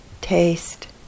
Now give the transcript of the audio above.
taste